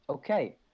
Okay